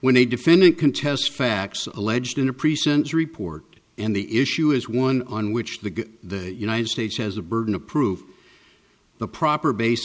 when a defendant contest facts alleged in the present report and the issue is one on which the united states has the burden of proof the proper base